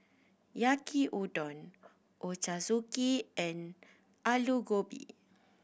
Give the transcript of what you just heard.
Yaki Udon Ochazuke and Alu Gobi